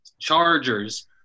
Chargers